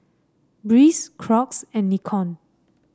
Breeze Crocs and Nikon